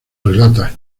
relata